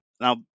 Now